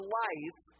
life